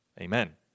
Amen